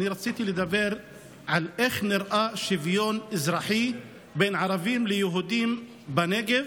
רציתי לדבר על איך נראה שוויון אזרחי בין ערבים ליהודים בנגב